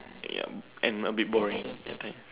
ya and a bit boring at times